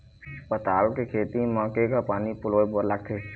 पताल के खेती म केघा पानी पलोए बर लागथे?